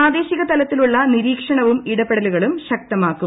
പ്രാദേശിക തലത്തിലുള്ള നിരീക്ഷണവും ഇടപെടലുകളും ശക്തമാക്കും